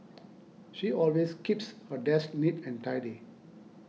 she always keeps her desk neat and tidy